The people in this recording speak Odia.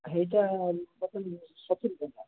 ହେଇଟା ସତୁରୀ ଟଙ୍କା